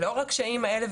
לאור הקשיים האלה,